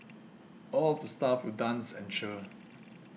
all of the staff will dance and cheer